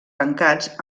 tancats